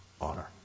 honor